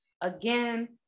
again